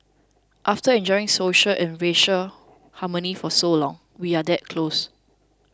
after enjoying social and racial harmony for so long we are that close